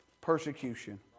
persecution